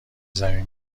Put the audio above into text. زمین